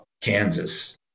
Kansas